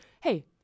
Hey